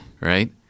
Right